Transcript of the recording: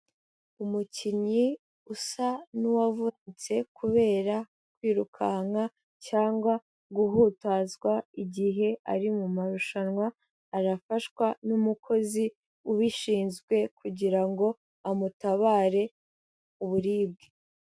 Umukinnyi usa n'uwavunitse kubera kwirukanka cyangwa guhutazwa igihe ari mu marushanwa, arafashwa n'umukozi ubishinzwe kugira ngo amutabare uburibwe.